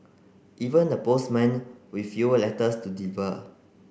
even the postmen with fewer letters to